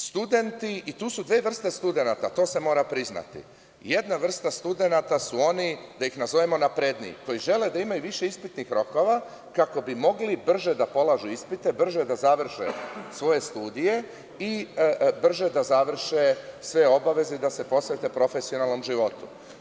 Studenti, i to su dve vrste studenata, to se mora priznati, jedna vrsta studenata su oni, da ih nazovemo napredniji, koji žele da imaju više ispitnih rokova kako bi mogli brže da polažu ispite, brže da završe svoje studije i brže da završe sve obaveze i da se posvete profesionalnom životu.